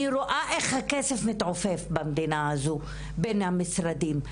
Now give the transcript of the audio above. אני רואה איך הכסף מתעופף במדינה הזו בין המשרדים,